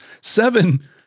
seven